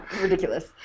ridiculous